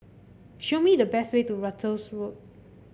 show me the best way to Ratus Road